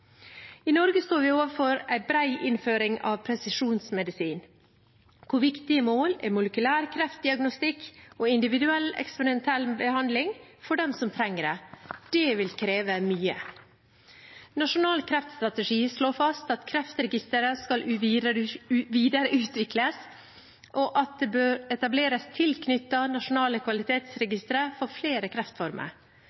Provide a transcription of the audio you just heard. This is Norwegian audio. I Norge står vi overfor en bred innføring av presisjonsmedisin, der viktige mål er molekylær kreftdiagnostikk og individuell eksperimentell behandling for dem som trenger det. Det vil kreve mye. Nasjonal kreftstrategi slår fast at Kreftregisteret skal videreutvikles, og at det bør etableres tilknyttede nasjonale